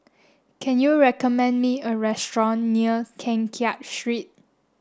can you recommend me a restaurant near Keng Kiat Street